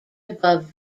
above